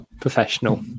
professional